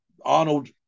Arnold